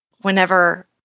whenever